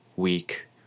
week